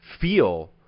feel